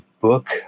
book